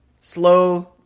slow